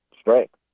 strength